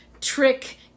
trick